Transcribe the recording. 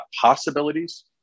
possibilities